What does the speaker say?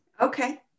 Okay